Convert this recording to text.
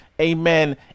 Amen